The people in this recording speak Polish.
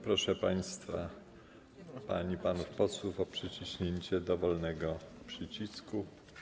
Proszę państwa, panie i panów posłów, o przyciśnięcie dowolnego przycisku.